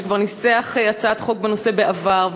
שכבר ניסח הצעת חוק בנושא בעבר,